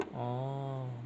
orh